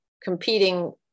competing